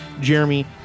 Jeremy